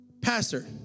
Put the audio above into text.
Pastor